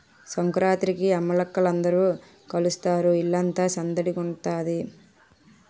సంకురాత్రికి అమ్మలక్కల అందరూ కలుస్తారు ఇల్లంతా సందడిగుంతాది